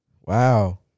Wow